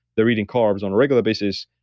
they're eating carbs on a regular basis,